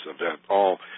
event—all